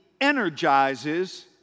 energizes